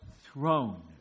throne